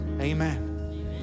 Amen